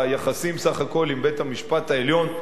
סך הכול היחסים עם בית-המשפט העליון,